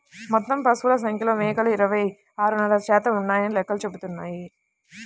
మొత్తం పశువుల సంఖ్యలో మేకలు ఇరవై ఆరున్నర శాతం ఉన్నాయని లెక్కలు చెబుతున్నాయి